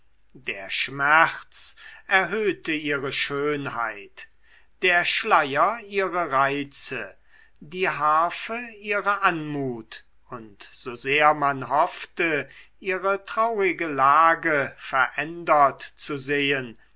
der schmerz erhöhte ihre schönheit der schleier ihre reize die harfe ihre anmut und sosehr man hoffte ihre traurige lage verändert zu sehen